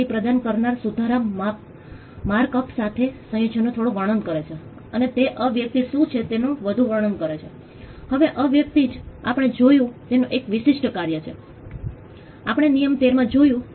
તેથી મોટાભાગના કિસ્સાઓ જેમ કે અમે વહેલી જોડાણ ફક્ત હિસ્સેદારનું પ્રતિનિધિત્વ સાતત્ય જોડાણ સ્પષ્ટ અને સંમત ઓબ્જેક્ટ જેવા કર્યું છે